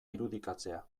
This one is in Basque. irudikatzea